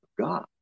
God